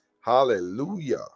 hallelujah